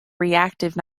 reactive